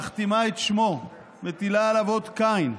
מכתימה את שמו, מטילה עליו אות קין.